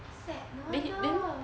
sad no wonder